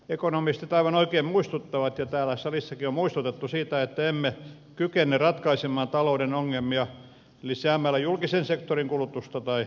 ekonomistit aivan oikein muistuttavat ja täällä salissakin on muistutettu siitä että emme kykene ratkaisemaan talouden ongelmia lisäämällä julkisen sektorin kulutusta tai investointeja